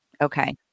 Okay